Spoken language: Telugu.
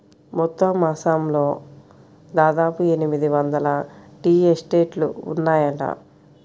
మొత్తం అస్సాంలో దాదాపు ఎనిమిది వందల టీ ఎస్టేట్లు ఉన్నాయట